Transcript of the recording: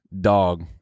Dog